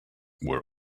were